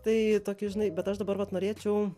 tai tokį žinai bet aš dabar vat norėčiau